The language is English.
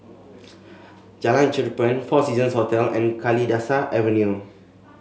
Jalan Cherpen Four Seasons Hotel and Kalidasa Avenue